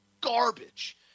garbage